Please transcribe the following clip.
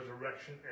resurrection